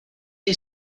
you